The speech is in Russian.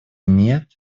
нет